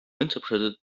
interpreted